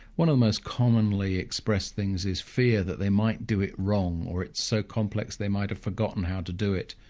one of the most commonly-expressed things is fear that they might do it wrong, or it's so complex they might have forgotten how to do it.